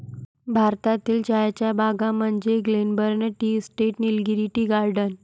भारतातील चहाच्या बागा म्हणजे Glenburn tea estate, Nilgiri tea garden